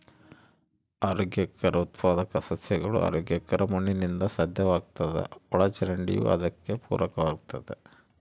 ಆರೋಗ್ಯಕರ ಉತ್ಪಾದಕ ಸಸ್ಯಗಳು ಆರೋಗ್ಯಕರ ಮಣ್ಣಿನಿಂದ ಸಾಧ್ಯವಾಗ್ತದ ಒಳಚರಂಡಿಯೂ ಅದಕ್ಕೆ ಪೂರಕವಾಗಿರ್ತತೆ